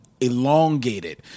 elongated